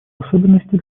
особенности